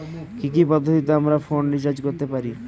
কি কি পদ্ধতিতে আমি ফোনে রিচার্জ করতে পারি?